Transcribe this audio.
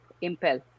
Impel